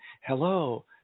Hello